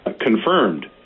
Confirmed